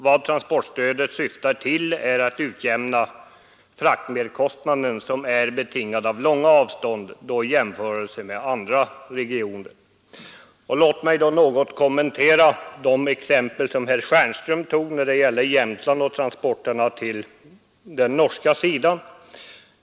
Vad transportstödet syftar till är att utjämna den fraktmerkostnad som är betingad av långa avstånd i vissa regioner jämförda med andra regioner. Låt mig något kommentera de exempel som herr Stjernström anförde när det gäller Jämtland och transporterna till den norska sidan.